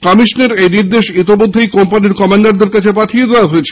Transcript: কমিশনের এই নির্দেশ ইতিমধ্যেই কোম্পানীর কমান্ডারদের কাছে পাঠিয়ে দেওয়া হয়েছে